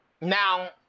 now